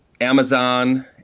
Amazon